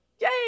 yay